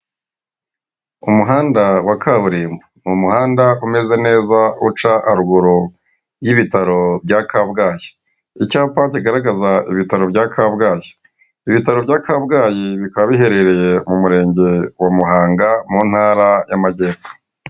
Umuhanda wa kaburimbo. Ni umuhanda umeze neza, uca haruguru y'ibitaro bya kabgayi. Icyapa kigaragaza ibitaro bya Kabgayi. Ibitaro bya Kabgayi bikaba biherereye mu murenge wa Muhanga, mu ntara y'Amajyepfo.